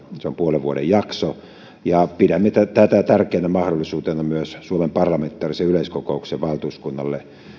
se on puolen vuoden jakso ja pidämme tätä tätä tärkeänä mahdollisuutena myös suomen parlamentaarisen yleiskokouksen valtuuskunnalle